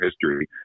history